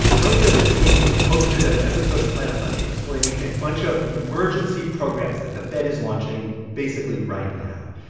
earlier this week, we posted an episode of planet money explaining a bunch of emergency programs that the fed is launching basically right now.